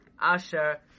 Asher